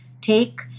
take